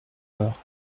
eure